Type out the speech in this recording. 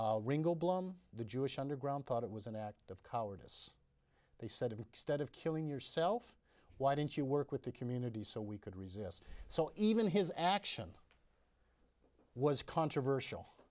the jewish underground thought it was an act of cowardice they said in stead of killing yourself why didn't you work with the community so we could resist so even his action was controversial